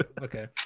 okay